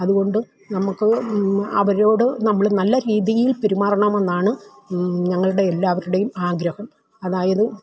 അതുകൊണ്ട് നമുക്ക് അവരോട് നമ്മള് നല്ല രീതിയിൽ പെരുമാറണമെന്നാണ് ഞങ്ങളുടെ എല്ലാവരുടെയും ആഗ്രഹം അതായത്